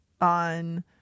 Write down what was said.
on